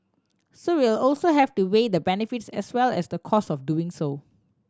so we'll also have to weigh the benefits as well as the costs of doing so